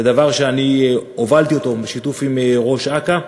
זה דבר שאני הובלתי בשיתוף עם ראש אכ"א,